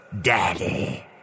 daddy